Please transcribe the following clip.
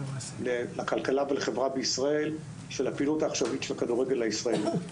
לכלכלה ולחברה בישראל של הפעילות העכשווית של הכדורגל הישראלי.